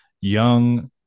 young